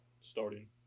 starting